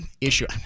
issue